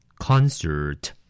Concert